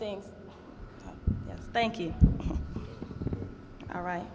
things thank you all right